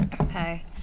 Okay